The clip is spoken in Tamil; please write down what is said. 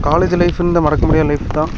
காலேஜ் லைஃப்புன்றது மறக்க முடியாத லைஃப் தான்